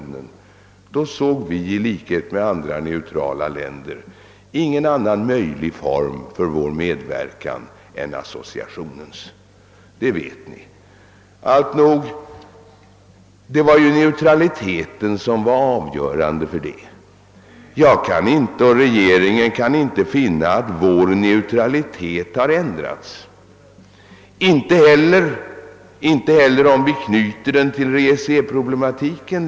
Om EEC skulle komma att utvecklas på detta sätt såg vi i likhet med andra neutrala länder ingen annan möjlig form för vår medverkan än associationens. Det vet ni. Alltnog, det var alltså neutraliteten som var avgörande för denna bedömning. Jag och regeringen i övrigt kan inte finna att vår neutralitet bar ändrats, inte heller i förhållande till EEC problematiken.